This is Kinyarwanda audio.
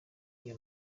iyi